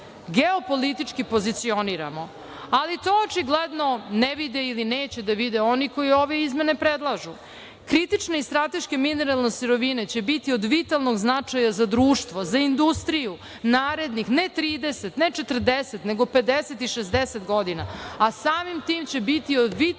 geopolitički pozicioniramo. To očigledno ne vide ili neće da vide oni koji ove izmene predlažu. Kritičke i strateške mineralne sirovine će biti od vitalnog značaja za društvo, za industriju narednih, ne 30, ne 40, nego 50 i 60 godina, a samim tim će biti od vitalnog